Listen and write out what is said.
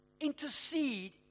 intercede